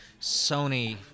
Sony